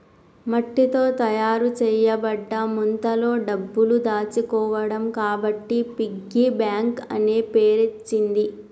మట్టితో తయారు చేయబడ్డ ముంతలో డబ్బులు దాచుకోవడం కాబట్టి పిగ్గీ బ్యాంక్ అనే పేరచ్చింది